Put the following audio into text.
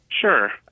Sure